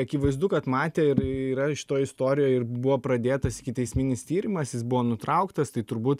akivaizdu kad matė ir yra šitoj istorijoj ir buvo pradėtas ikiteisminis tyrimas jis buvo nutrauktas tai turbūt